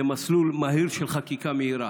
זה מסלול מהיר של חקיקה מהירה.